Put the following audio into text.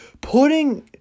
Putting